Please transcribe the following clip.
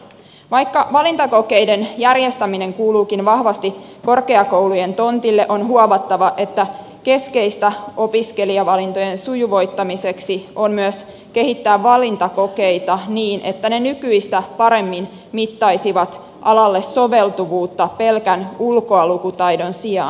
vaikka valintakokeiden järjestäminen kuuluukin vahvasti korkeakoulujen tontille on huomattava että keskeistä opiskelijavalintojen sujuvoittamiseksi on myös kehittää valintakokeita niin että ne nykyistä paremmin mittaisivat alalle soveltuvuutta pelkän ulkoalukutaidon sijaan